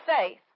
faith